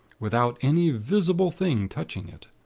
without any visible thing touching it.